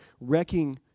wrecking